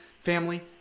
family